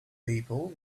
people